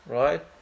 right